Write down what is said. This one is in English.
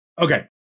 Okay